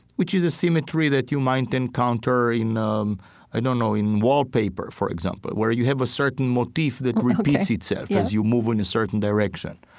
which is a symmetry that you might encounter in, um i don't know, in wallpaper, for example, where you have a certain motif that repeats itself, ok, as you move in a certain direction.